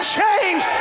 change